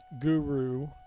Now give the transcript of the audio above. guru